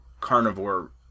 carnivore